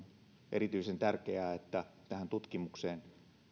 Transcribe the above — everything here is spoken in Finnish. erityisen tärkeää että tähän tutkimukseen